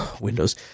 Windows